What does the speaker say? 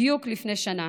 בדיוק לפני שנה,